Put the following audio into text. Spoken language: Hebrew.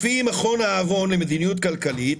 לפי מכון אהרון למדיניות כלכלית,